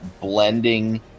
blending